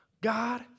God